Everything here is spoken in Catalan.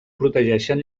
protegeixen